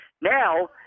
Now